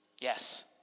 Yes